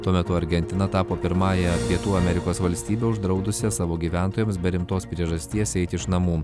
tuo metu argentina tapo pirmąja pietų amerikos valstybe uždraudusia savo gyventojams be rimtos priežasties eiti iš namų